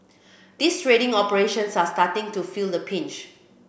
these trading operations are starting to feel the pinch